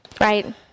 right